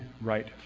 right